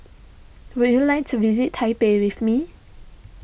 would you like to visit Taipei with me